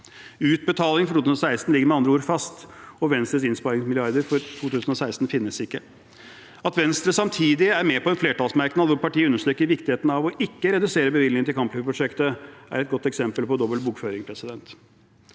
Utbetalingene for 2016 ligger med andre ord fast, og Venstres innsparingsmilliarder for 2016 finnes ikke. At Venstre samtidig er med på en flertallsmerknad hvor partiet understreker viktigheten av ikke å redusere bevilgningen til kampflyprosjektet, er et godt eksempel på dobbel bokføring. I disse